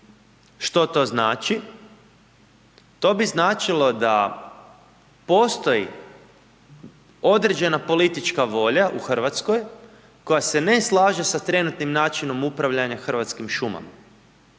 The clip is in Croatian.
Što to znači? To bi značilo da postoji određena politička volja u Hrvatskoj koja se ne slaže sa trenutnim načinom upravljanja Hrvatskim šumama.